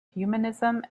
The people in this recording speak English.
humanism